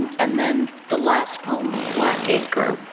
and then the last poem, blackacre,